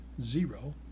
zero